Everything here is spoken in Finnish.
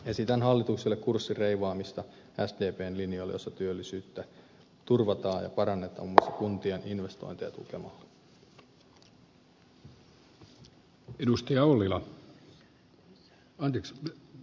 esitän hallitukselle kurssin reivaamista sdpn linjalle jossa työllisyyttä turvataan ja parannetaan muun muassa kuntien investointeja tukemalla